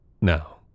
Now